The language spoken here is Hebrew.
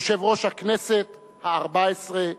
יושב-ראש הכנסת הארבע-עשרה,